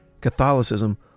Catholicism